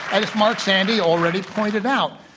as mark zandi already pointed out.